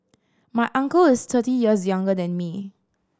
my uncle is thirty years younger than me